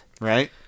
right